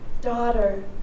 daughter